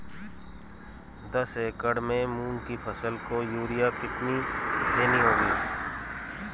दस एकड़ में मूंग की फसल को यूरिया कितनी देनी होगी?